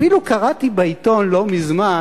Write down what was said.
אפילו קראתי בעיתון לא מזמן,